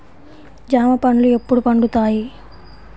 జామ పండ్లు ఎప్పుడు పండుతాయి?